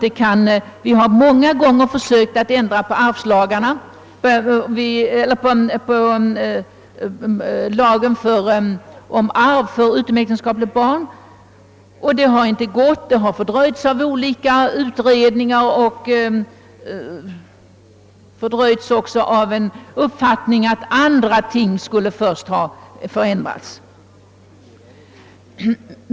Vi har många gånger försökt ändra på ärvdabalken till förmån för utomäktenskapliga barn, men detta har ännu inte lyckats; det har fördröjts av olika anledningar och även på grund av uppfattningen, att andra ting först borde förändras.